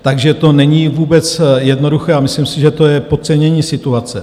Takže to není vůbec jednoduché a myslím si, že to je podcenění situace.